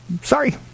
sorry